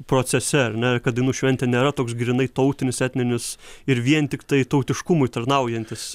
procese ar ne kad dainų šventė nėra toks grynai tautinis etninis ir vien tiktai tautiškumui tarnaujantis